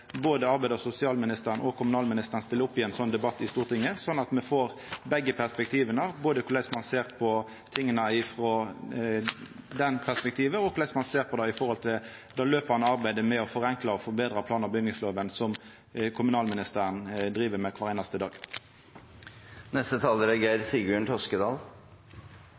både arbeids- og sosialministeren og kommunal- og moderniseringsministeren stiller opp i ein slik debatt i Stortinget, slik at me får begge perspektiva – både korleis ein ser på tinga frå deira perspektiv, og korleis ein ser på det når det gjeld det pågåande arbeidet med å forenkla og betra plan- og bygningslova, som kommunalministeren driv med kvar einaste dag. Kristelig Folkeparti er